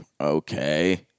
okay